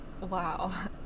wow